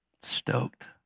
stoked